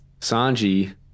Sanji